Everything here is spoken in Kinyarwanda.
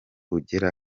ugera